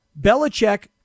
Belichick